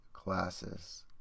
classes